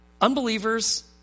unbelievers